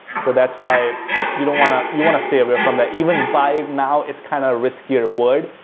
so, that's why you don't want to, you want to stay away from that. even buy now it's kind of riskier word.